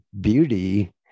beauty